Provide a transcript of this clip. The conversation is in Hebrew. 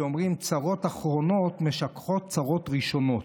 כי אומרים "צרות אחרונות משכחות צרות ראשונות".